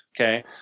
Okay